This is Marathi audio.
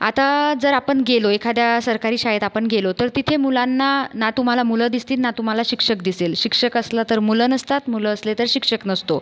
आता जर आपण गेलो एखाद्या सरकारी शाळेत आपण गेलो तर तिथे मुलांना ना तुम्हाला मुलं दिसतील ना तुम्हाला शिक्षक दिसेल शिक्षक असला तर मुलं नसतात मुलं असले तर शिक्षक नसतो